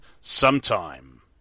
Sometime